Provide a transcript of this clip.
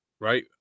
right